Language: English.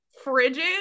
Frigid